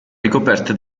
ricoperte